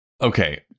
Okay